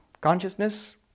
Consciousness